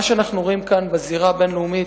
מה שאנחנו רואים כאן בזירה הבין-לאומית